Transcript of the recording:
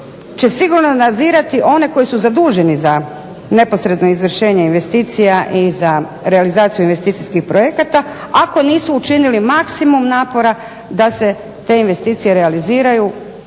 će sigurno nadzirati one koji su zaduženi za neposredno izvršenje investicija i za realizaciju investicijskih projekata ako nisu učinili maksimum napora da se te investicije realiziraju.